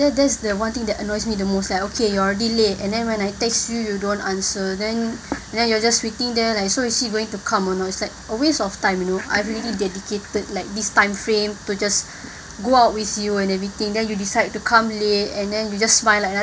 that's that's the one thing that annoys me the most like okay you already late and then when I text you you don't answer then then you are just waiting there like so is he going to come or not a waste of time you know I really dedicated like this timeframe to just go out with you and everything then you decide to come late and then you just smile like